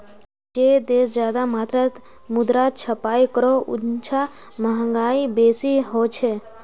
जे देश ज्यादा मात्रात मुद्रा छपाई करोह उछां महगाई बेसी होछे